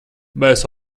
mēs